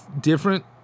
different